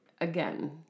again